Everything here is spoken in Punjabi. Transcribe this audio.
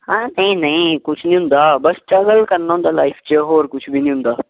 ਹਾਂ ਜੀ ਨਹੀਂ ਕੁਛ ਨਹੀਂ ਹੁੰਦਾ ਬਸ ਸਟਰਗਲ ਕਰਨਾ ਹੁੰਦਾ ਲਾਈਫ 'ਚ ਹੋਰ ਕੁਛ ਵੀ ਨਹੀਂ ਹੁੰਦਾ